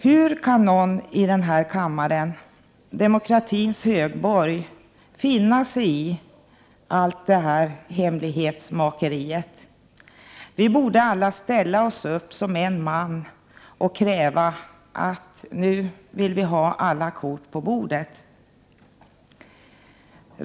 Hur kan någon i denna kammare, demokratins högborg, finna sig i allt detta hemlighetsmakeri? Vi borde alla ställa oss upp som en man och kräva alla kort på bordet.